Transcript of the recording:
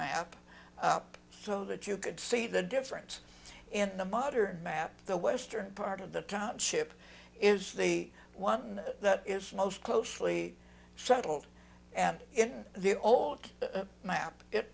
map up so that you could see the difference in the modern map the western part of the township is the one that is most closely settled and in the old